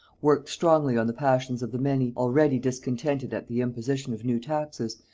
worked strongly on the passions of the many, already discontented at the imposition of new taxes,